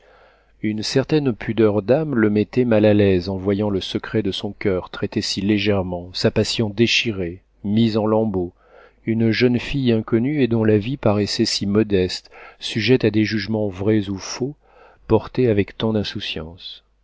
une certaine pudeur d'âme le mettait mal à l'aise en voyant le secret de son coeur traité si légèrement sa passion déchirée mise en lambeaux une jeune fille inconnue et dont la vie paraissait si modeste sujette à des jugements vrais ou faux portés avec tant d'insouciance